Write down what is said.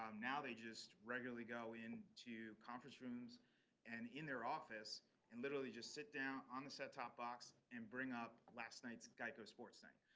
um now they just regularly go in to conference rooms and in their office and literally just sit down on the set top box and bring up last night's geico sports night.